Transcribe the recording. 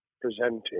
presenting